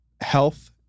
health